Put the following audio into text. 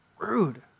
rude